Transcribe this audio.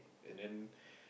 and then